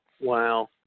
Wow